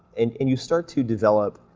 and and you start to develop,